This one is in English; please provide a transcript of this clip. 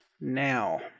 Now